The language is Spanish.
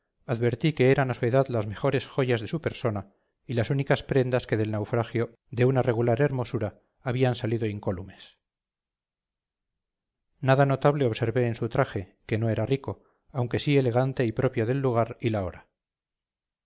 advertí que eran a su edad las mejores joyas de su persona y las únicas prendas que del naufragio de una regular hermosura habían salido incólumes nada notable observe en su traje que no era rico aunque sí elegante y propio del lugar y la hora